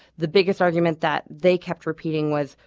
the biggest argument that they kept repeating was,